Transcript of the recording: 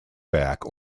back